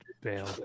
bail